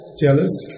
Jealous